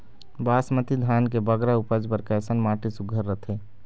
बासमती धान के बगरा उपज बर कैसन माटी सुघ्घर रथे?